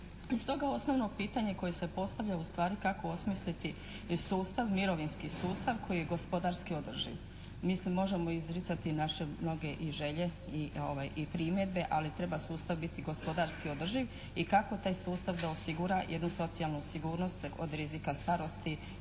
Stoga osnovno pitanje koje se postavlja ustvari kako osmisliti sustav, mirovinski sustav koji je gospodarski održiv. Možemo izricati naše mnoge i želje i primjedbe, ali treba sustav biti gospodarski održiv i kako taj sustav da osigura jednu socijalnu sigurnost kod rizika starosti,